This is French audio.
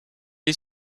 est